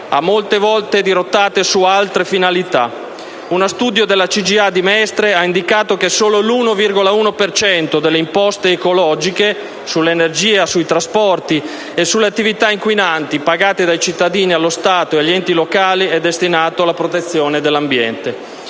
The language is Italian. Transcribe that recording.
e molte volte dirottata su altre finalità: uno studio della CGIA di Mestre ha indicato che solo l'l,l per cento delle imposte «ecologiche» sull'energia, sui trasporti e sulle attività inquinanti, pagate dai cittadini allo Stato e agli enti locali, è destinato alla protezione dell'ambiente.